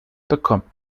bekommt